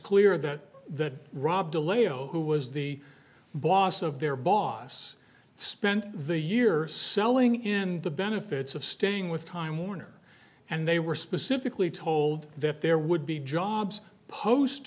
clear that the rob delay o who was the boss of their boss spent the year selling in the benefits of staying with time warner and they were specifically told that there would be jobs post